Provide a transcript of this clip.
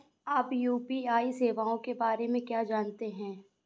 आप यू.पी.आई सेवाओं के बारे में क्या जानते हैं?